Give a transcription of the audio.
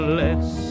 less